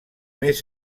més